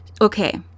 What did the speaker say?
Okay